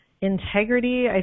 integrity